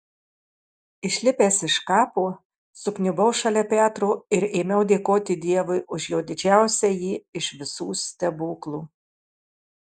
išlipęs iš kapo sukniubau šalia petro ir ėmiau dėkoti dievui už jo didžiausiąjį iš visų stebuklų